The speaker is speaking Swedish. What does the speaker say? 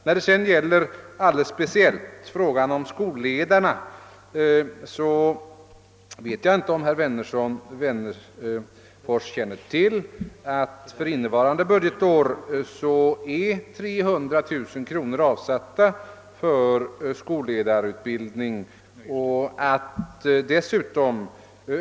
När det sedan gäller speciellt frågan om skolledarna vet jag inte om herr Wennerfors känner till, att 300 000 kronor är avsatta för skolledarutbildning för innevarande budgetår.